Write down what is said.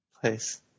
place